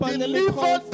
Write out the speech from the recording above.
deliver